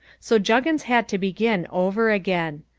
so juggins had to begin over again.